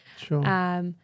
Sure